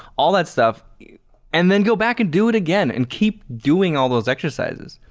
all that stuff and then go back and do it again and keep doing all those exercises.